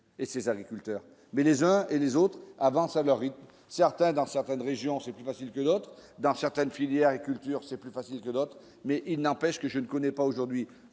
et ses agriculteurs mais les uns et les autres avancent à leur rythme, certains dans certaines régions, c'est plus facile que d'autres, dans certaines filières et agriculture, c'est plus facile que d'autres, mais il n'empêche que je ne connais pas, aujourd'hui,